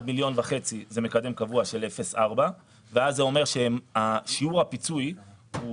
מיליון וחצי הוא מקדם קבוע של 0.4. זה אומר ששיעור הפיצוי הוא